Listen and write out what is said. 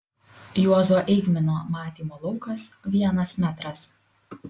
juozo eigmino matymo laukas vienas metras